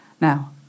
Now